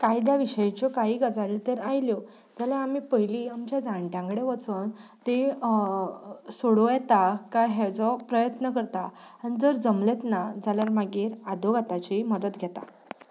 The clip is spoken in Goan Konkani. कायद्या विशयाच्यो कांय गजाली तर आयल्यो जाल्यार आमी पयलीं आमच्या जाण्ट्यां कडेन वचून त्यो सोडोवं येता काय हेजो प्रयत्न करता आनी जर जमलेंच ना जाल्यार मागीर आदवोगादाची मदत घेता